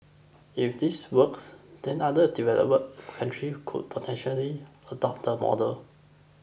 if this works then other developing country could potentially adopt the model